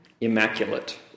immaculate